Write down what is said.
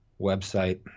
website